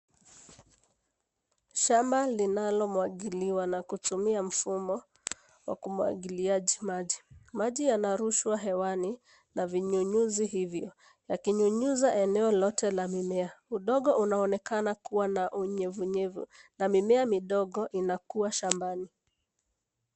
Shamba linalomwagiliwa na kutumia mfumo wa kumwagilia maji. Maji yanarushwa hewani na vinyunyuzi hivo, yakinyunyuza eneo lote la mimea. Udongo unaonekana kuwa na unyevunyevu na mimea midogo inakua shambani.